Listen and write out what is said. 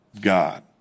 God